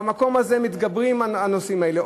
במקום הזה מתגברים הנושאים האלה.